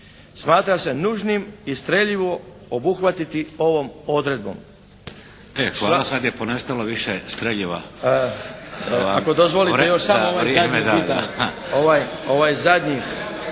Smatra se nužnim i streljivo obuhvatiti ovom odredbom.